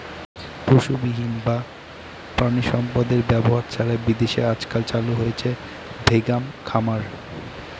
পশুবিহীন বা প্রানীসম্পদ এর ব্যবহার ছাড়াই বিদেশে আজকাল চালু হয়েছে ভেগান খামার